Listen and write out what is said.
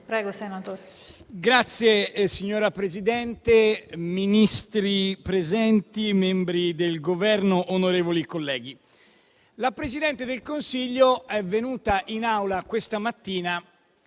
Signor Presidente, Ministri presenti, membri del Governo, onorevoli colleghi, la Presidente del Consiglio è venuta in Aula questa mattina